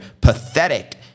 Pathetic